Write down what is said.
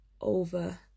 over